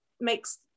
makes